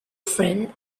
friend